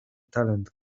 talent